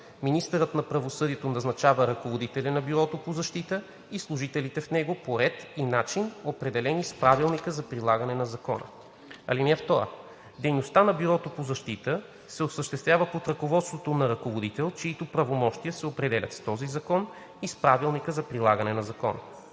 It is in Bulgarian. Министърът на правосъдието назначава ръководителя на Бюрото по защита и служителите в него по ред и начин, определени с правилника за прилагане на закона. (2) Дейността на Бюрото по защита се осъществява под ръководството на ръководител, чиито правомощия се определят с този закон и с правилника за прилагане на закона.“